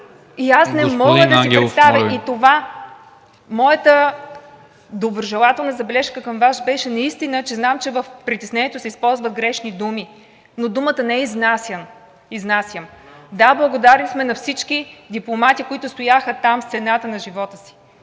И аз не мога да си представя и това – моята доброжелателна забележка към Вас беше наистина, че знам, че в притеснението се използват грешни думи, но думата не е „изнасям“. Да, благодарни сме на всички дипломати, които стояха там с цената на живота си,